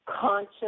conscious